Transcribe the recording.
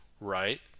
right